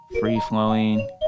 free-flowing